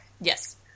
Yes